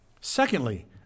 Secondly